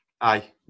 Aye